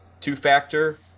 two-factor